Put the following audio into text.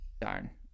Darn